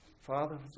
Father